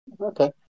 Okay